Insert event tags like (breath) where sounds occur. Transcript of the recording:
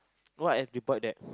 what I report that (breath)